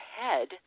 head